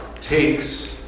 takes